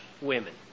women